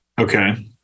okay